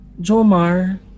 Jomar